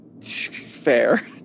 Fair